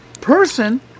person